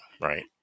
right